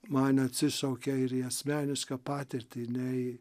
man atsišaukė ir į asmenišką patirtį nei